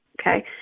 okay